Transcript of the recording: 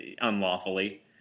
Unlawfully